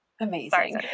Amazing